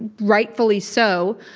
rightfully so,